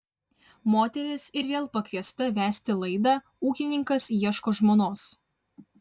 moteris ir vėl pakviesta vesti laidą ūkininkas ieško žmonos